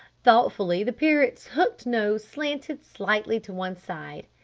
thoughtfully the parrot's hooked nose slanted slightly to one side.